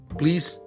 please